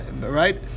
Right